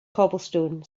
cobblestone